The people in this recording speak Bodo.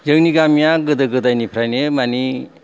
जोंनि गामिया गोदो गोदायनिफ्रायनो माने